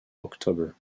october